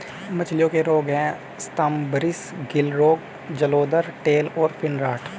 मछलियों के रोग हैं स्तम्भारिस, गिल रोग, जलोदर, टेल और फिन रॉट